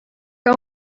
que